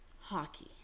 hockey